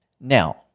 Now